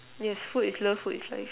yes food is love food is life